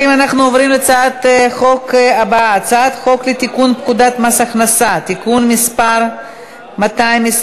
הצעת חוק שירות המדינה (גמלאות) (תיקון מס' 58)